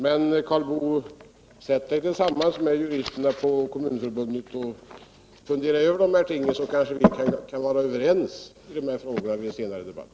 Men, Karl Boo, sätt er tillsammans med juristerna på Kommunförbundet och fundera över de här tingen, så kanske vi kan vara överens om dem i en senare debatt.